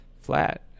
flat